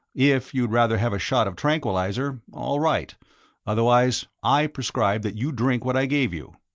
if you'd rather have a shot of tranquilizer, all right otherwise, i prescribe that you drink what i gave you.